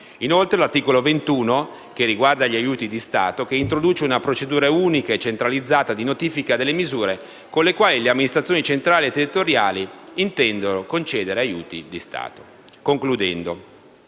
che l'articolo 21, che riguarda gli aiuti di Stato, introduce una procedura unica e centralizzata di notifica delle misure con le quali le amministrazioni centrali e territoriali intendono concedere aiuti di Stato. Concludendo,